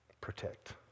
Protect